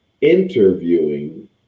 interviewing